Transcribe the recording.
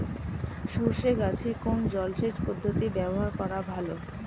সরষে গাছে কোন জলসেচ পদ্ধতি ব্যবহার করা ভালো?